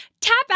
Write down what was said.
Tap